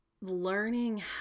learning